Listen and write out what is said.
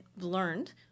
learned